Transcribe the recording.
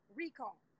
recall